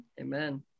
Amen